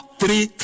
three